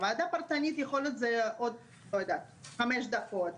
הוועדה הפרטנית זה יכול להיות עוד חמש דקות.